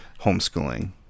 homeschooling